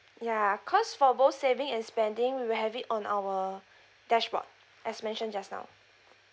ya cause for both saving and spending we'll have it on our dashboard as mentioned just now